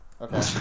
Okay